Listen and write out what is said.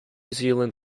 zealand